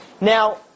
Now